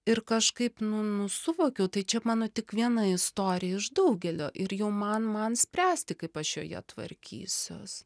ir kažkaip nu nu suvokiau tai čia mano tik viena istorija iš daugelio ir jau man man spręsti kaip aš joje tvarkysiuos